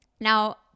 now